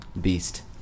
Beast